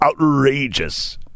outrageous